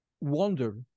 wonder